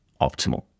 optimal